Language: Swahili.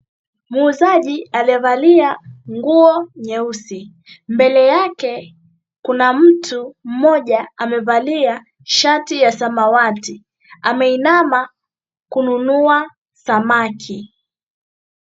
Muuzaji aliyevalia nguo nyeusi. Mbele yake kuna mtu mmoja amevalia shati ya samawati. Ameinama kununua samaki.